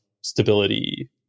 stability